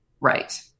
right